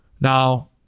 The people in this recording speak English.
Now